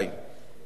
אני רוצה לומר לך,